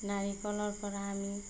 নাৰিকলৰপৰা আমি